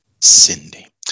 Cindy